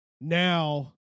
now